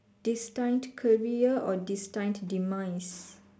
destined career or destined time demise